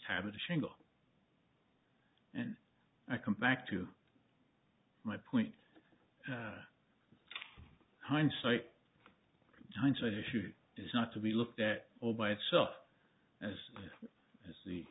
tablet a shingle and i come back to my point hindsight hindsight issue is not to be looked at all by itself as it is the